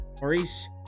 maurice